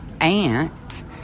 aunt